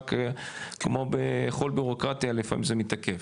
רק כמו בכל בירוקרטיה לפעמים זה מתעכב.